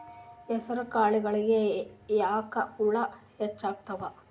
ಹೆಸರ ಕಾಳುಗಳಿಗಿ ಯಾಕ ಹುಳ ಹೆಚ್ಚಾತವ?